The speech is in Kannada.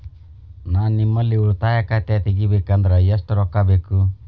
ನಾ ನಿಮ್ಮಲ್ಲಿ ಉಳಿತಾಯ ಖಾತೆ ತೆಗಿಬೇಕಂದ್ರ ಎಷ್ಟು ರೊಕ್ಕ ಬೇಕು?